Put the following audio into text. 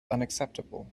unacceptable